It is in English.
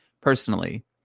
personally